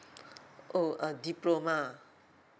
oh uh diploma